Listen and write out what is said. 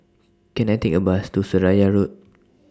Can I Take A Bus to Seraya Road